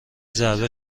ضربه